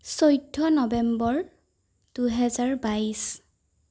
চৈধ্য নৱেম্বৰ দুহেজাৰ বাইছ